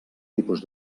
tipus